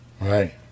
Right